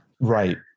Right